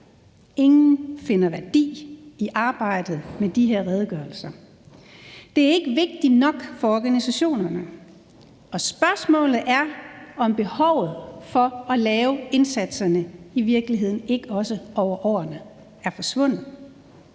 Ingen finder værdi i arbejdet med de her redegørelser. Det er ikke vigtigt nok for organisationerne, og spørgsmålet er, om behovet for at lave indsatserne i virkeligheden ikke også over årene er forsvundet.